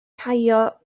caio